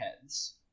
heads